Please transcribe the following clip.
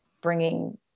bringing